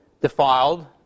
defiled